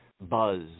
buzz